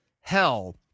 hell